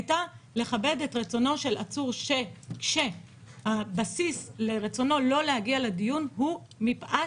הייתה לכבד את רצונו של עצור כשהבסיס לרצונו לא להגיע לדיון הוא מפאת